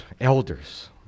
elders